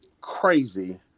crazy